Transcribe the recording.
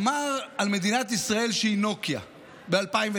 אמר על מדינת ישראל שהיא נוקיה ב-2009,